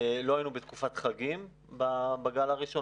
לא היינו בתקופת חגים בגל הראשון.